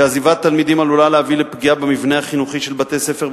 שעזיבת תלמידים עלולה להביא לפגיעה במבנה החינוכי של בתי-הספר,